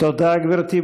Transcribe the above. תודה, גברתי.